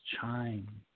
chime